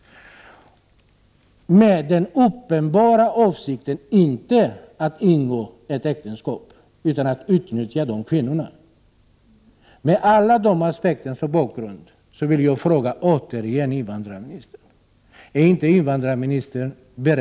Den uppenbara avsikten är inte att ingå ett äktenskap utan att utnyttja dessa kvinnor.